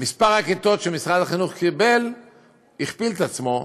מספר הכיתות שמשרד החינוך קיבל הכפיל את עצמו,